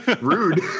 Rude